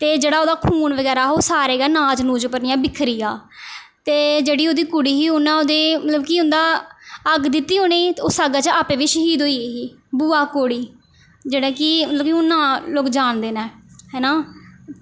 ते जेह्ड़ा ओह्दा खून बगैरा हा ओह् सारे गै अनाज अनूज उप्पर इ'यां बिक्खरी गेआ ते जेह्ड़ी ओह्दी कुड़ी ही उन्नै ओह्दे मतलब कि उं'दा अग्ग दित्ती ही उ'नेंगी ते उस्सै अग्ग च आपै बी श्हीद होई गेई ही बूआ कौड़ी जेह्ड़े कि मतलब कि हून नांऽ लोग जानदे न है ना